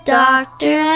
doctor